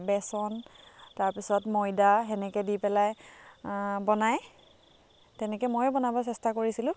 বেচন তাৰপিছত ময়দা সেনেকৈ দি পেলাই বনাই তেনেকৈ ময়ো বনাব চেষ্টা কৰিছিলোঁ